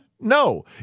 No